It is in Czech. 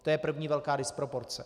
To je první velká disproporce.